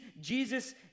Jesus